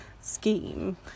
scheme